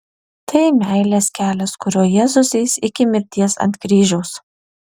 tai meilės kelias kuriuo jėzus eis iki mirties ant kryžiaus